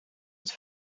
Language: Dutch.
het